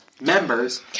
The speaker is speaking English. members